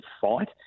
fight